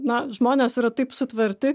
na žmonės yra taip sutverti